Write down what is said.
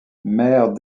maire